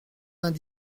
vingt